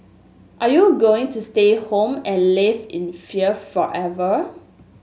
are you going to stay home and live in fear forever